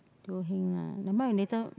Teo-Heng ah nevermind ah later